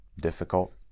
difficult